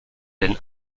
den